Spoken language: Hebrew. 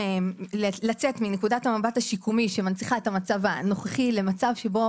לצאת מנקודת המבט השיקומי שמנציחה את המצב הנוכחי למצב שבו